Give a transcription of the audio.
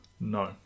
No